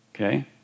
okay